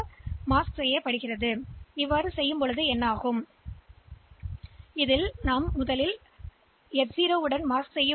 எனவே நாம் உடனடியாக எஃப் 0 உடன் இருந்தால் அதாவது இந்த F 0 H